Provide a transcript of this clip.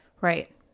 Right